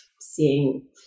seeing